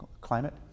climate